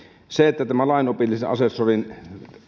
se että tämän lainopillisen asessorin